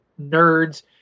nerds